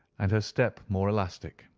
and her step more elastic.